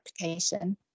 application